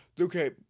okay